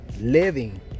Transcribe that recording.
living